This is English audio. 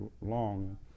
long